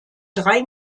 drei